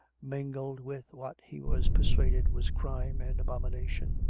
mingled with what he was persuaded was crime and abomination.